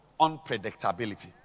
Unpredictability